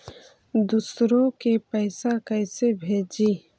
दुसरे के पैसा कैसे भेजी?